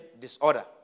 disorder